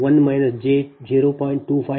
2857 p